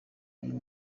uyu